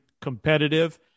competitive